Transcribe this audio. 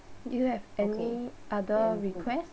you have any other request